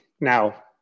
Now